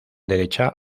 derecha